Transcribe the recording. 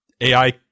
AI